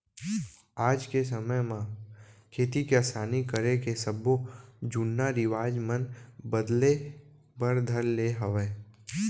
आज के समे म खेती किसानी करे के सब्बो जुन्ना रिवाज मन बदले बर धर ले हवय